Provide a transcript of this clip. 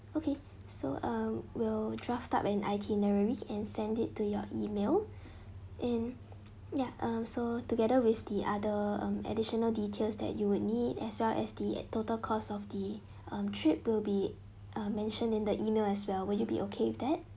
okay so uh we'll draft up an itinerary and send it to your email and ya um so together with the other um additional details that you would need as well as the uh total cost of the um trip will be uh mentioned in the email as well will you be okay with that